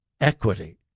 Equity